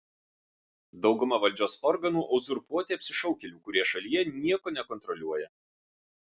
dauguma valdžios organų uzurpuoti apsišaukėlių kurie šalyje nieko nekontroliuoja